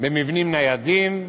במבנים ניידים,